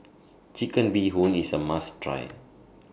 Chicken Bee Hoon IS A must Try